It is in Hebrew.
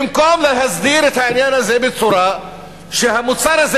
במקום להסדיר את העניין הזה בצורה שהמוצר הזה